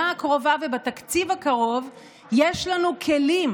הקרובה ובתקציב הקרוב יש לנו כלים